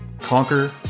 Conquer